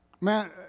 Man